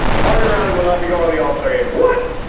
morgan reilly will not be going to the all-star game what!